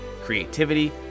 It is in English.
creativity